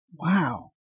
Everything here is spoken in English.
wow